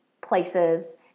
places